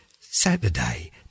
Saturday